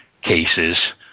cases